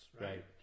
right